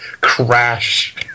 crash